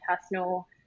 personal